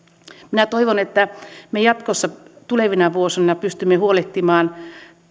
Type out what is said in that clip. minä toivon että me jatkossa tulevina vuosina pystymme huolehtimaan